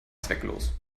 zwecklos